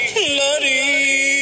bloody